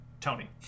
Tony